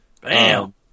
Bam